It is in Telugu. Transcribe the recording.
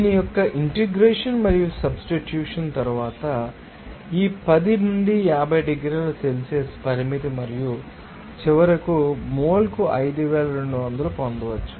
దీని యొక్క ఇంటిగ్రేషన్ మరియు సబ్స్టిట్యూషన్ తరువాత మీకు తెలుసు ఈ 10 నుండి 50 డిగ్రీల సెల్సియస్ పరిమితి మరియు చివరకు మీరు ఈ మోల్కు 5200 పొందవచ్చు